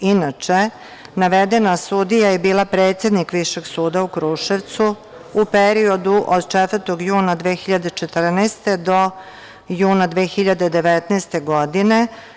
Inače, navedena sudija je bila predsednik Višeg suda u Kruševcu, u periodu od 4. juna 2014. do juna 2019. godine.